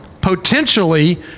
Potentially